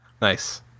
Nice